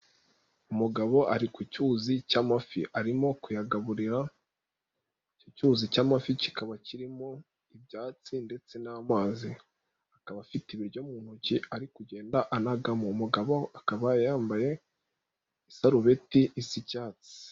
Umugabo ari ku cyuzi cy'amafi arimo kuyagaburira, icyo cyuzi cy'amafi kikaba kirimo ibyatsi ndetse n'amazi, akaba afite ibiryo mu ntoki ari kugenda anagamo, umugabo akaba yambaye isarubeti isa icyatsi.